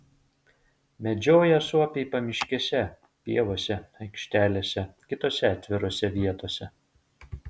medžioja suopiai pamiškėse pievose aikštelėse kitose atvirose vietose